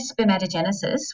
spermatogenesis